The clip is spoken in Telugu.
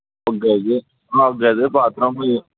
ఒక గది ఆ ఒక గది బాత్ రూమ్